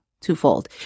twofold